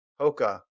hoka